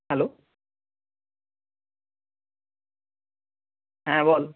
hello হ্যাঁ বল